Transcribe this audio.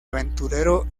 aventurero